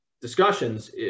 discussions